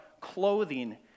clothing